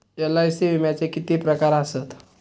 LIC विम्याचे किती प्रकार आसत?